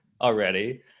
already